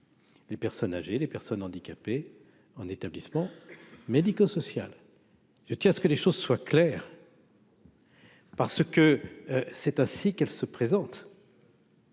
Les personnes âgées, les personnes handicapées en établissement médico-social, je tiens à ce que les choses soient claires. Parce que c'est ainsi qu'elle se présente.